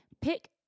pick